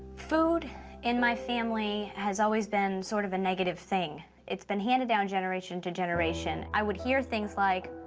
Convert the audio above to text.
food in my family has always been sort of a negative thing. it's been handed down generation to generation. i would hear things like,